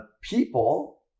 people